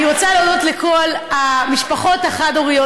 אני רוצה להודות לכל המשפחות החד-הוריות